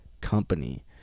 company